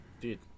Dude